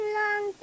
long